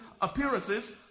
appearances